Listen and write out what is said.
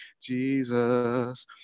Jesus